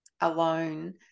alone